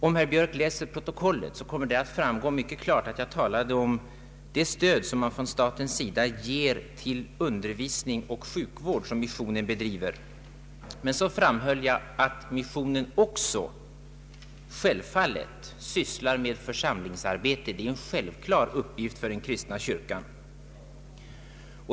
Om herr Björk läser protokollet, kommer han att märka att det framgår mycket klart att jag talade om det stöd som från statens sida ges till undervisning och sjukvård i missionens regi. Jag framhöll att missionen också sysslar med församlingsarbete; det är en självklar uppgift för den kristna kyrkan.